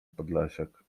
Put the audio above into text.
podlasiak